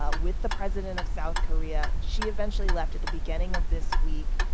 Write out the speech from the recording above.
ah with the president of south korea. she eventually left at the beginning of this week.